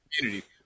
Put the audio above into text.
community